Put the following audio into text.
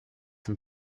zum